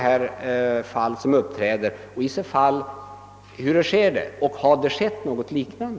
Har det förekommit några sådana fall och hur sker denna prövning?